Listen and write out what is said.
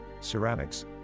ceramics